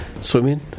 swimming